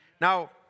Now